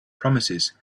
promises